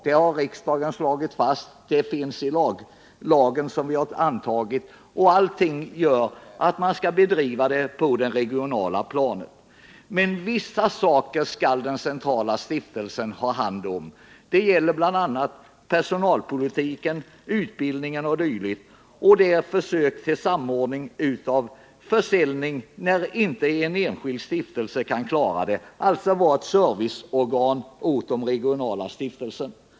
Det har riksdagen slagit fast, och det föreskrivs också i de lagförslag som vi har antagit. Allting säger att den huvudsakliga verksamheten skall bedrivas på det regionala planet. Men vissa frågor skall den centrala stiftelsen ha hand om. Det gäller bl.a. frågor som rör personalpolitik, utbildning o. d. Det kan också gälla försök till samordning i fråga om försäljning, när en enskild stiftelse inte kan klara detta. Den centrala stiftelsen skall alltså fungera som ett serviceorgan för de regionala stiftelserna.